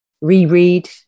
Reread